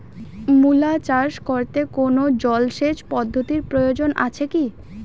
মূলা চাষ করতে কোনো জলসেচ পদ্ধতির প্রয়োজন আছে কী?